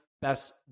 Best